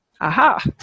Aha